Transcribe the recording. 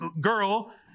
girl